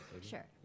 sure